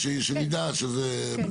אז יש מידע שזה מדבר על זה.